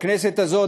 בכנסת הזאת,